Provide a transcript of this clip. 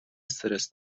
استرس